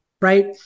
right